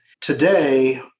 Today